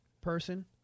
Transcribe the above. person